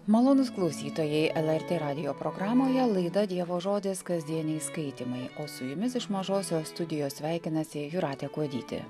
malonūs klausytojai lrt radijo programoje laida dievo žodis kasdieniai skaitymai su jumis iš mažosios studijos sveikinasi jūratė kuodytė